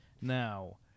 Now